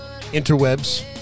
interwebs